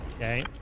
Okay